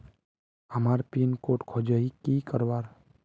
हमार pin code खोजोही की करवार?